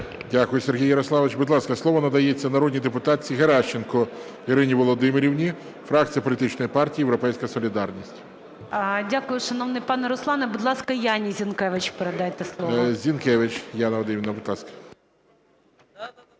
Дякую, Сергій Ярославович. Будь ласка, слово надається народній депутатці Геращенко Ірині Володимирівні, фракція політичної партії "Європейська солідарність". 14:31:04 ГЕРАЩЕНКО І.В. Дякую, шановний пане Руслане. Будь ласка, Яні Зінкевич передайте слово. ГОЛОВУЮЧИЙ. Зінкевич Яна Вадимівна, будь ласка.